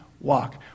walk